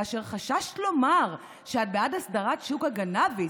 כאשר חששת לומר שאת בעד הסדרת שוק הקנביס,